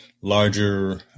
larger